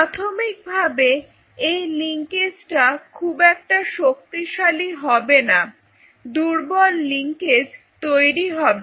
প্রাথমিকভাবে এই লিংকেজটা খুব একটা শক্তিশালী হবে না দুর্বল লিংকেজ তৈরি হবে